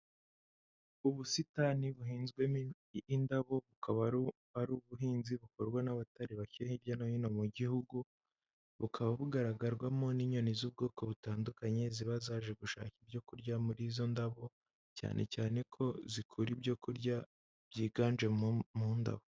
Ubusitani buhinzwe mo indabo bukaba ari ubuhinzi bukorwa n'abatari bakeye hirya no hino mu gihugu, bukaba bugaragarwamo n'inyoni z'ubwoko butandukanye ziba zaje gushaka ibyo kurya muri izo ndabo cyane cyane ko zikura ibyo kurya byiganje mo mu ndabo.